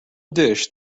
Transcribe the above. dish